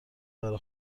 برا